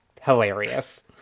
Hilarious